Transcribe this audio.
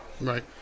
Right